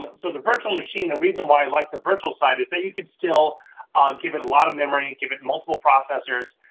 so the virtual machine, the reason why i like the virtual side is that you could still um give it a lot of memory, and give it multiple processors,